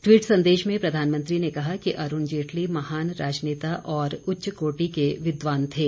tweet संदेश में प्रधानमंत्री ने कहा कि अरूण जेटली महान राजनेता और उच्च कोटि के विद्वान थे